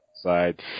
side